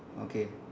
okay